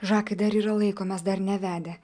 žakai dar yra laiko mes dar nevedę